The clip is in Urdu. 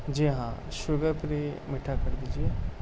جی ہاں شوگر فری میٹھا کر دیجیے